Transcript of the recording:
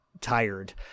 tired